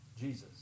Jesus